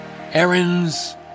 errands